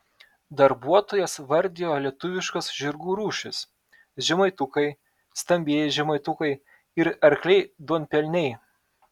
darbuotojas vardijo lietuviškas žirgų rūšis žemaitukai stambieji žemaitukai ir arkliai duonpelniai